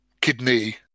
Kidney